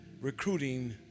recruiting